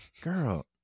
Girl